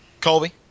Colby